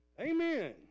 Amen